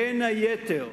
בין היתר,